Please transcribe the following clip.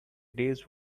days